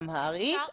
אמהרית,